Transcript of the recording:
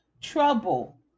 trouble